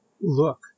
look